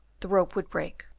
the rope would break,